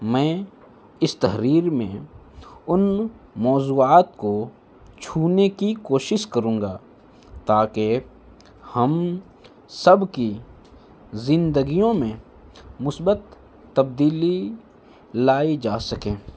میں اس تحریر میں ان موضوعات کو چھونے کی کوشش کروں گا تاکہ ہم سب کی زندگیوں میں مثبت تبدیلی لائی جا سکیں